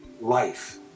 life